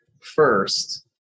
first